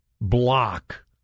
block